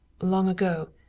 long ago,